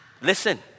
Listen